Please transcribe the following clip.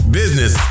business